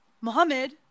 Mohammed